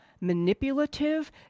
manipulative